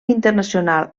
internacional